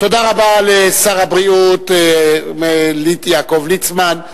תודה רבה לשר הבריאות יעקב ליצמן.